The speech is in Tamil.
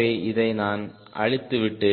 ஆகவே இதை நான் அளித்துவிட்டு